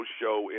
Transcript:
show